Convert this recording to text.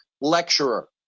lecturer